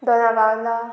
Dona Paula